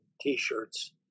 t-shirts